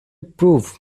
prove